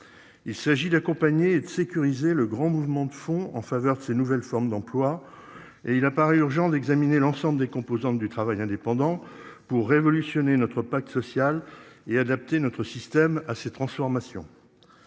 Il s'agit d'accompagner et sécuriser le grand mouvement de fonds en faveur de ces nouvelles formes d'emploi et il apparaît urgent d'examiner l'ensemble des composantes du travail indépendant pour révolutionner notre pacte social et adapter notre système à ces transformations.